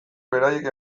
beraiek